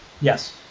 Yes